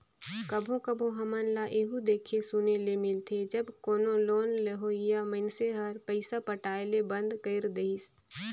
कभों कभों हमन ल एहु देखे सुने ले मिलथे जब कोनो लोन लेहोइया मइनसे हर पइसा पटाए ले बंद कइर देहिस